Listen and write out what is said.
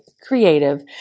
creative